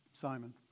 Simon